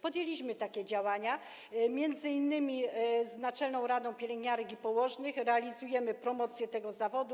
Podjęliśmy takie działania; m.in. z Naczelną Radą Pielęgniarek i Położnych realizujemy promocję tego zawodu.